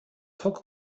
hoc